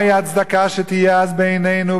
מהי ההצדקה שתהיה אז בעינינו,